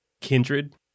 Kindred